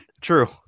true